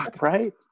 right